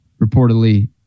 reportedly